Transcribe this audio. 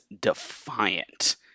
defiant